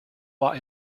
war